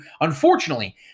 unfortunately